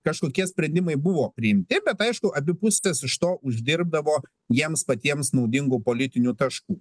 kažkokie sprendimai buvo priimti bet aišku abi pusės iš to uždirbdavo jiems patiems naudingų politinių taškų